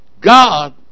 God